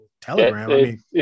Telegram